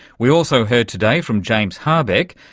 we also heard today from james harbeck,